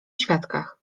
świadkach